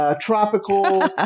tropical